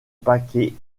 paquet